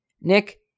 Nick